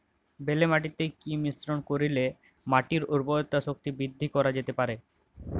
বেলে মাটিতে কি মিশ্রণ করিলে মাটির উর্বরতা শক্তি বৃদ্ধি করা যেতে পারে?